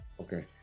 okay